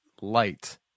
light